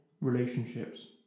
relationships